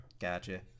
Gotcha